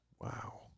Wow